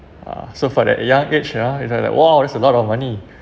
uh so for that young age yeah is like the !wow! it's a lot of money